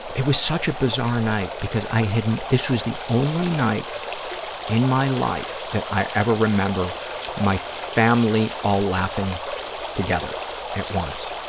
it was such a bizarre night because i had, this was the only night in my life that i ever remember my family all laughing together at once,